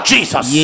Jesus